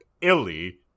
illy